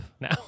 now